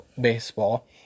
baseball